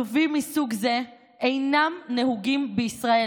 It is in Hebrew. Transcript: כלובים מסוג זה אינם נהוגים בישראל,